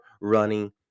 running